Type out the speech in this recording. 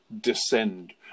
descend